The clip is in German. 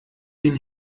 den